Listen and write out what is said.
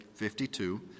52